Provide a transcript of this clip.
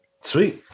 Sweet